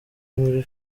muri